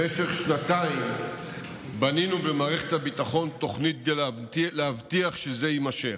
במשך שנתיים בנינו במערכת הביטחון תוכנית כדי להבטיח שזה יימשך.